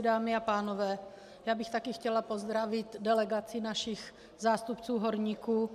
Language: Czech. Dámy a pánové, já bych také chtěla pozdravit delegaci našich zástupců horníků.